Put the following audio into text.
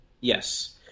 Yes